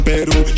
Peru